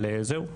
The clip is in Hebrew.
אבל זהו.